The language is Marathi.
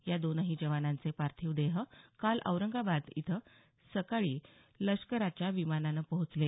या दोन्ही जवानांचे पार्थिव देह काल औरंगाबाद इथं सकाळी लष्कराच्या विमानानं औरंगाबाद इथं पोहोचले